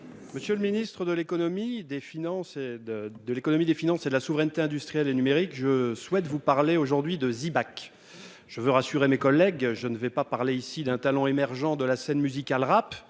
Monsieur le ministre de l'économie, des finances et de la souveraineté industrielle et numérique, je souhaite vous parler aujourd'hui de « Zibac ». Je veux vous rassurer, mes chers collègues, il ne s'agit pas d'un talent émergent sur la scène musicale rap